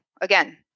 Again